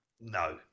No